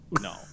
No